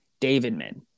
Davidman